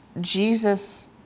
Jesus